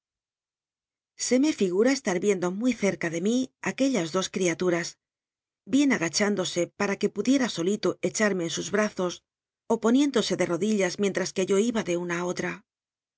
se me ll ua estar viendo muy cerca de mi aquellas dos criaturas bien agacluindose pma r uc jlll di ca solito echarme en sus brazos ó poniéndose cit rodilla mi nha c uc yo iba de una a otra